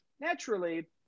naturally